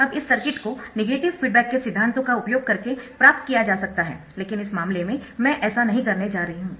अब इस सर्किट को नेगेटिव फीडबैक के सिद्धांतों का उपयोग करके प्राप्त किया जा सकता है लेकिन इस मामले में मैं ऐसा नहीं करने जा रही हूँ